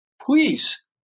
please